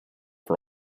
for